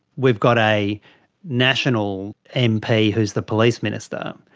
we've got a national mp who is the police minister,